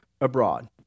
abroad